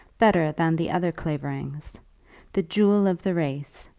better than the other claverings the jewel of the race,